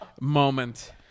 moment